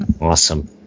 Awesome